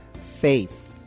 Faith